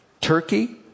Turkey